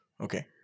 Okay